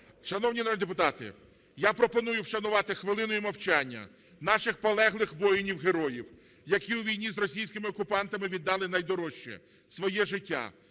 Шановні народні депутати, я пропоную вшанувати хвилиною мовчання наших полеглих воїнів-героїв, які у війні з російськими окупантами віддали найдорожче – своє життя,